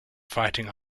fighting